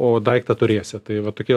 o daiktą turėsi tai va tokie